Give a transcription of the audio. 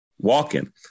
walking